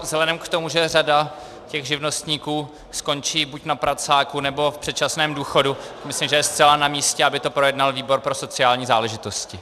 Vzhledem k tomu, že řada živnostníků skončí buď na pracáku, nebo v předčasném důchodu, myslím, že je zcela namístě, aby to projednal výbor pro sociální záležitosti.